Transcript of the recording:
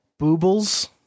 boobles